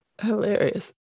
Hilarious